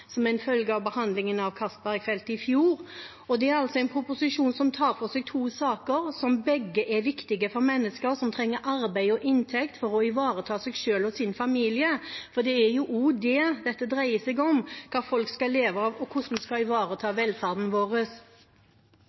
som en følge av behandlingen av saken om Johan Castberg-feltet i fjor. Det er en proposisjon som tar for seg to saker, hvor begge er viktige for mennesker som trenger arbeid og inntekt for å ivareta seg selv og sin familie, for dette dreier seg jo også om det – hva folk skal leve av, og hvordan vi skal ivareta velferden vår.